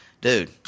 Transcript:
Dude